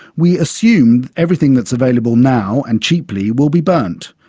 we assume everything that's available now and cheaply will be burnt.